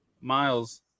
miles